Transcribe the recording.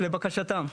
לבקשתם.